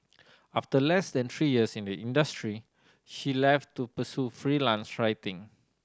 after less than three years in the industry she left to pursue freelance writing